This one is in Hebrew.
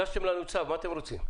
הגשתם לנו צו, מה אתם רוצים?